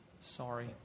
Sorry